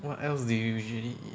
what else do you usually eat